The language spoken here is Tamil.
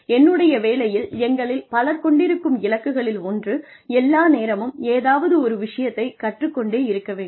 என்னுடைய வேலையில் எங்களில் பலர் கொண்டிருக்கும் இலக்குகளில் ஒன்று எல்லா நேரமும் ஏதாவது ஒரு விஷயத்தை கற்றுக் கொண்டே இருக்க வேண்டும்